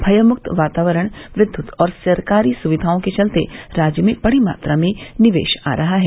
भयमुक्त वातावरण विद्युत और सरकारी सुविधाओं के चलते राज्य में बड़ी मात्रा में निवेश आ रहा है